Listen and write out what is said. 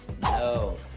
No